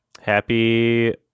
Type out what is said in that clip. Happy